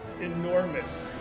enormous